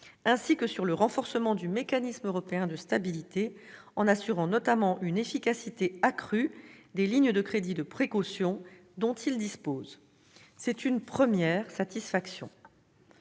ainsi que sur le renforcement du Mécanisme européen de stabilité, en assurant notamment une efficacité accrue des lignes de crédits de précaution dont il dispose. C'est une première satisfaction.